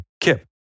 kip